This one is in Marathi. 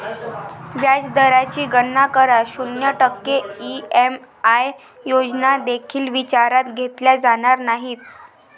व्याज दराची गणना करा, शून्य टक्के ई.एम.आय योजना देखील विचारात घेतल्या जाणार नाहीत